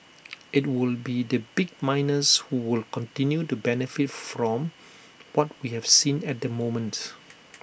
IT will be the big miners who will continue to benefit from what we have seen at the moment